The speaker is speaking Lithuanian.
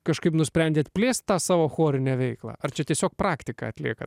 kažkaip nusprendėte plėsti savo chorinę veiklą ar čia tiesiog praktiką atlieka